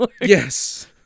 Yes